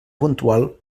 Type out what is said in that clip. puntual